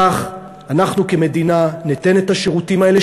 כך אנחנו כמדינה ניתן את השירותים האלה,